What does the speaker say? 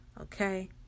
okay